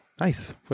Nice